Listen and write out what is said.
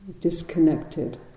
disconnected